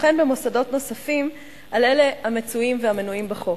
וכן במוסדות נוספים על אלה המצויים והמנויים בחוק.